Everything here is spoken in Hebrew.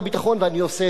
ואני עושה את זה הרבה,